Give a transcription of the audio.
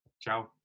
Ciao